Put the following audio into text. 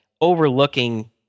overlooking